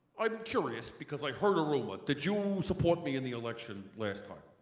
i'm curious because i heard a rumor did you support me in the election last time?